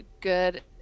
good